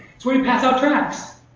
it's where you pass out tracts.